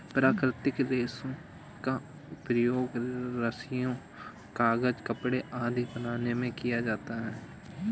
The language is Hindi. प्राकृतिक रेशों का प्रयोग रस्सियॉँ, कागज़, कपड़े आदि बनाने में किया जाता है